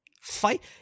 Fight